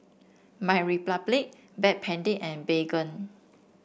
MyRepublic Backpedic and Baygon